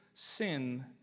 Sin